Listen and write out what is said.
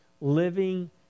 living